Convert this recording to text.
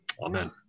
Amen